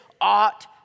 ought